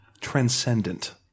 transcendent